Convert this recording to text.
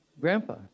grandpa